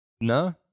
No